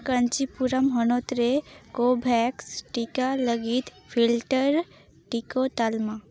ᱠᱟᱧᱪᱤᱯᱩᱨᱟᱢ ᱦᱚᱱᱚᱛ ᱨᱮ ᱠᱳᱵᱷᱮᱠᱥ ᱴᱤᱠᱟ ᱞᱟᱹᱜᱤᱫ ᱯᱷᱤᱞᱴᱟᱨ ᱴᱤᱠᱟᱹ ᱛᱟᱞᱢᱟ